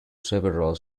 several